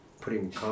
putting